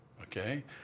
Okay